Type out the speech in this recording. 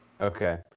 Okay